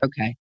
Okay